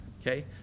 Okay